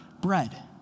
bread